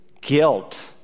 guilt